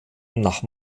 nach